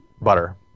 butter